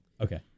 Okay